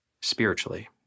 spiritually